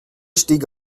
stieg